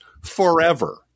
forever